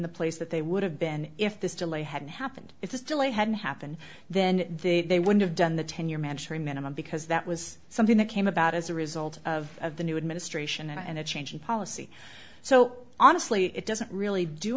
the place that they would have been if this delay hadn't happened if this delay hadn't happened then they would have done the ten year mandatory minimum because that was something that came about as a result of of the new administration and a change in policy so honestly it doesn't really do